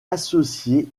associé